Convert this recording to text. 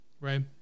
right